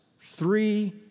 three